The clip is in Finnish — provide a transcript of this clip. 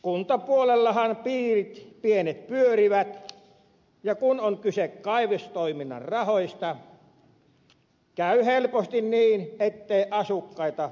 kuntapuolellahan piirit pienet pyörivät ja kun on kyse kaivostoiminnan rahoista käy helposti niin ettei asukkaita kuulla riittävästi